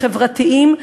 חברתיים,